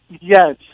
Yes